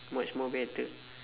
much more better